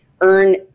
earn